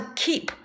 keep